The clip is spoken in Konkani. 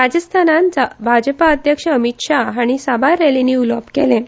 राजस्थानात भाजपा अध्यक्ष अमित शाह हांणी साबार रॅलींनी उलोवप केलें